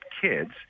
kids